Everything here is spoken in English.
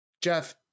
Jeff